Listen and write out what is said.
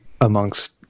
amongst